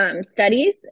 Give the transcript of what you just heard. studies